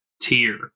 tier